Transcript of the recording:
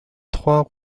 trois